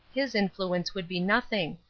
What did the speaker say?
his influence would be nothing.